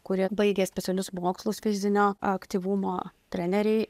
kurie baigę specialius mokslus fizinio aktyvumo treneriai